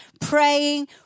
praying